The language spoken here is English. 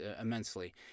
immensely